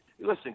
listen